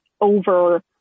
over